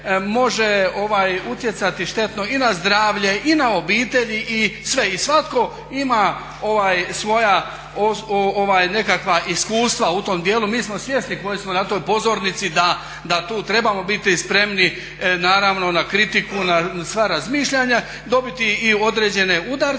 može utjecati štetno i na zdravlje i na obitelji i sve i svako ima svoja nekakva iskustva u tom dijelu. Mi smo svjesni koji smo na toj pozornici da tu trebamo biti spremni na kritiku na sva razmišljanja, dobiti i određene udarce